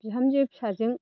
बिहामजो फिसाजों